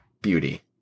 Beauty